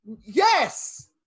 Yes